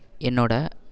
என்னோடய